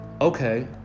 okay